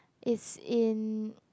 is in